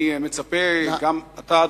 אני מצפה שגם אתה,